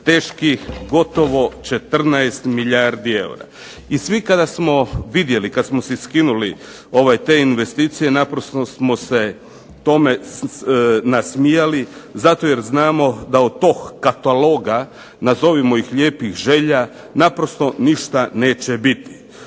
teških gotovo 14 milijardi eura. I svi kada smo vidjeli, kad smo si skinuli te investicije naprosto smo se tome nasmijali zato jer znamo da od tog kataloga nazovimo ih lijepih želja naprosto ništa neće biti.